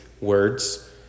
words